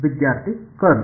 ವಿದ್ಯಾರ್ಥಿ ಕರ್ಲ್